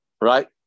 right